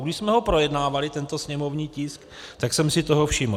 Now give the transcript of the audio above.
Už když jsme projednávali tento sněmovní tisk, tak jsem si toho všiml.